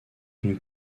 une